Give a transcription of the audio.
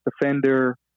defender